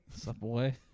Subway